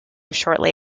shortly